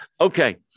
Okay